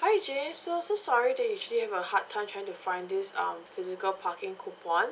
hi jane so so sorry that you actually have a hard time trying to find this um physical parking coupon